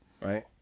Right